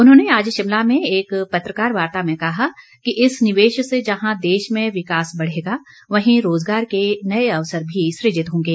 उन्होंने आज शिमला में एक पत्रकार वार्ता में कहा कि इस निवेश से जहां देश में विकास बढ़ेगा वहीं रोजगार के नए अवसर भी सृजित होंगे